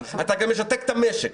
אתה גם משתק את המשק.